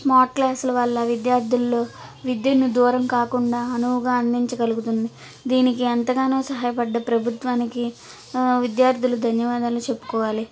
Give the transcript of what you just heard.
smart క్లాసుల వల్ల విద్యార్థులు విద్యను దూరం కాకుండా అనువుగా అందించగలుగుతుంది దీనికి ఎంతగానో సహాయ పడ్డ ప్రభుత్వానికి విద్యార్థులు ధన్యవాదాలు చెప్పుకోవాలి